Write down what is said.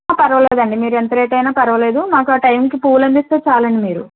పర్వాలేదండి మీరు ఎంత రేట్ అయినా పర్వాలేదు మాకు ఆ టైంకి పూలు అందిస్తే చాలండి మీరు